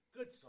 Good